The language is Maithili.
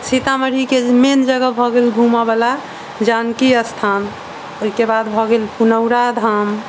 सीतामढ़ी के मेन जगह भऽ गेल घूमऽ वाला जानकी स्थान ओहिके बाद भऽ गेल पुनौराधाम